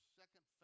second